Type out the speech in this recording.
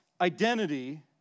identity